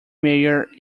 mayor